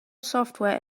software